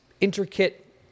intricate